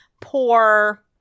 poor